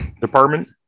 department